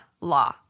law